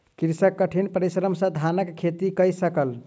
कृषक कठिन परिश्रम सॅ धानक खेती कय सकल